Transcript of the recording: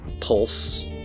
pulse